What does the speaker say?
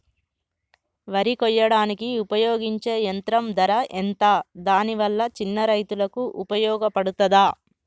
వరి కొయ్యడానికి ఉపయోగించే యంత్రం ధర ఎంత దాని వల్ల చిన్న రైతులకు ఉపయోగపడుతదా?